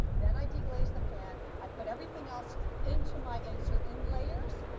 then i deglazed the pan. i put everything else into my insert in layers.